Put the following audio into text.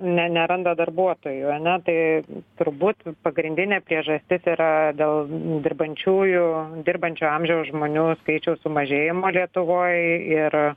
ne neranda darbuotojų ane tai turbūt pagrindinė priežastis yra dėl dirbančiųjų dirbančio amžiaus žmonių skaičiaus sumažėjimo lietuvoj ir